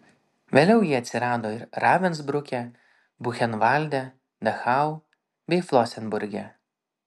vėliau jie atsirado ir ravensbruke buchenvalde dachau bei flosenburge